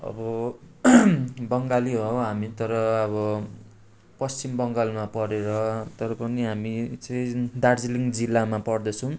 अब बङ्गाली हौँ हामी तर अब पश्चिम बङ्गालमा परेर तर पनि हामी चाहिँ दार्जिलिङ जिल्लामा पर्दछौँ